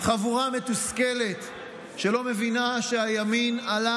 חבורה מתוסכלת שלא מבינה שהימין עלה